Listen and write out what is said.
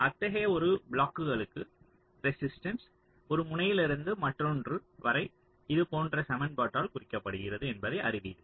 அத்தகைய ஒரு பிளாக்குகளுக்கு ரெசிஸ்டன்ஸ் ஒரு முனையிலிருந்து மற்றொன்று வரை இது போன்ற சமன்பாட்டால் குறிக்கப்படுகிறது என்பதை அறிவீர்கள்